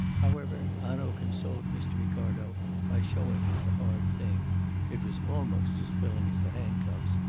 however, hanaud consoled mr. ricardo by showing him the hard thing it was almost as thrilling as the handcuffs,